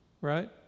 right